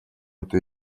эту